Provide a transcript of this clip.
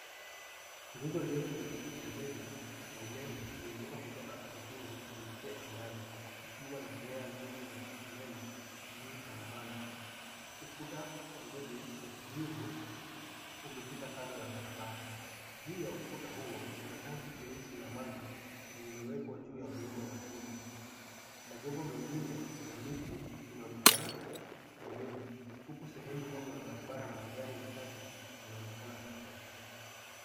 Nguzo ndefu ya zege ya umeme imeinuka kutoka ardhini kuelekea angani, ikiwa na nyaya nyingi za umeme zilizochangamana. Ukuta wa zege wa kijivu umepita kando ya barabara. Juu ya ukuta huo kuna tanki jeusi la maji ililowekwa juu ya muundo wa chuma. Majengo mengine na miti vinaonekana kwa nyuma huku sehemu ndogo ya barabara na magari machache yanaonekana barabarani.